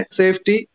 safety